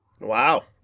Wow